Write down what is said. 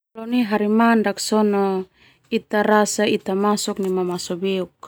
Harmandak sona ita rasa ita masok nai mamasok beuk.